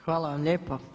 Hvala vam lijepa.